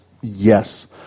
Yes